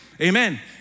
amen